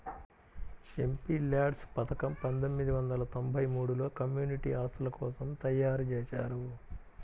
MPLADS పథకం పందొమ్మిది వందల తొంబై మూడులో కమ్యూనిటీ ఆస్తుల కోసం తయ్యారుజేశారు